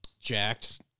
Jacked